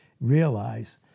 realize